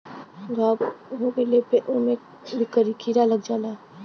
घाव हो गइले पे ओमे भी कीरा लग जाला